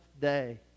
day